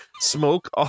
smoke